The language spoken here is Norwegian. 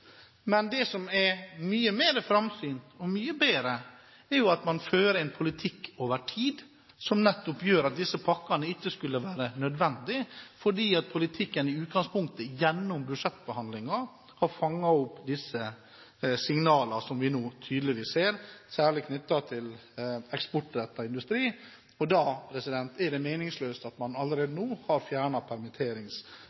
Men det som er mye mer framsynt og mye bedre, er jo at man fører en politikk over tid, en politikk som gjør at disse pakkene ikke skulle være nødvendige, fordi politikken i utgangspunktet, gjennom budsjettbehandlingen, har fanget opp disse signalene som vi nå tydelig ser, særlig knyttet til eksportrettet industri. Da er det meningsløst at man allerede